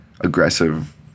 aggressive